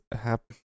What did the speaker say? happen